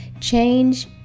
Change